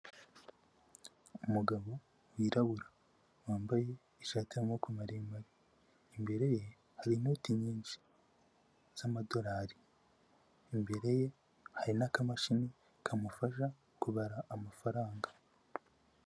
Umugabo wirabura wambaye ishati y'amaboko maremare, imbere ye hari inoti nyinshi z'amadorari imbere ye hari n'akamashini kamufasha kubara amafaranga.